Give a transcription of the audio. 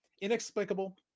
inexplicable